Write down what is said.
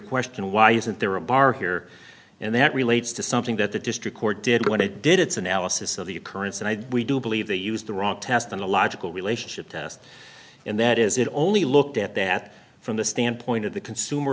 question why isn't there a bar here and that relates to something that the district court did when it did its analysis of the occurrence and i we do believe they used the wrong test on the logical relationship test and that is it only looked at that from the standpoint of the consumer